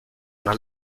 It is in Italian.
una